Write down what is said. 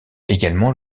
également